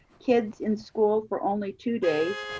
kids in school for only two days,